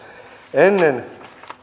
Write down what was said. ennen